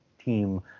team